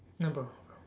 no problem